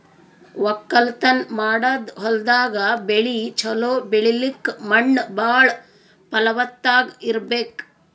ವಕ್ಕಲತನ್ ಮಾಡದ್ ಹೊಲ್ದಾಗ ಬೆಳಿ ಛಲೋ ಬೆಳಿಲಕ್ಕ್ ಮಣ್ಣ್ ಭಾಳ್ ಫಲವತ್ತಾಗ್ ಇರ್ಬೆಕ್